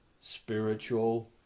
Spiritual